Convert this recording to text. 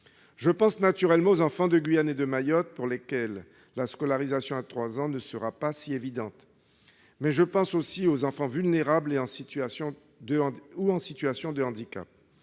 Je pense naturellement aux enfants de Guyane et de Mayotte, pour lesquels la scolarisation à 3 ans ne sera pas si évidente. Mais je pense aussi aux enfants vulnérables ou en situation de handicap.